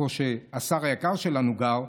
איפה שהשר היקר שלנו גר,